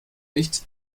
nicht